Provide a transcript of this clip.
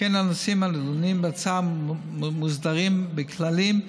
שכן הנושאים הנדונים בהצעה מוסדרים בכללים,